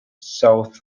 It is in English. south